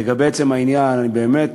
לגבי עצם העניין, אני באמת